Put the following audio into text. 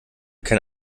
kein